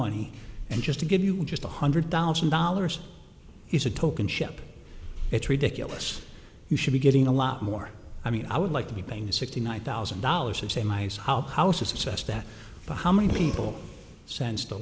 money and just to give you just one hundred thousand dollars is a token chip it's ridiculous you should be getting a lot more i mean i would like to be paying sixty nine thousand dollars it's a nice house house was assessed that for how many people sense the